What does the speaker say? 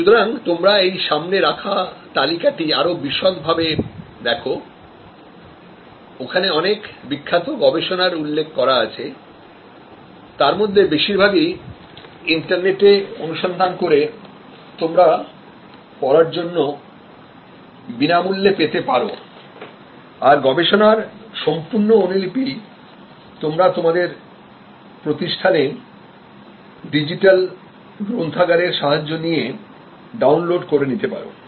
সুতরাং তোমরা এই সামনে রাখা তালিকাটি আরো বিশদে দেখো ওখানে অনেক বিখ্যাত গবেষণার উল্লেখ করা আছেতারমধ্যে বেশিরভাগই ইন্টারনেটে অনুসন্ধান করে তোমরা পড়ার জন্য বিনামূল্যে পেতে পারো আর গবেষণার সম্পূর্ণ অনুলিপি তোমরা তোমাদের প্রতিষ্ঠানে ডিজিটাল গ্রন্থাগারের সাহায্য নিয়ে ডাউনলোড করে নিতে পারো